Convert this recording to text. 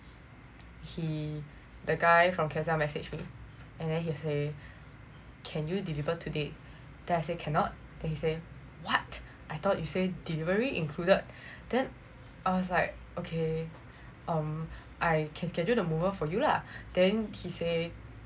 he the guy from Carousell message me and then he say can you deliver today then I say cannot they he say what I thought you said delivery included then I was like okay um I can schedule the mover for you lah then he say